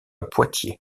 poitiers